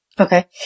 Okay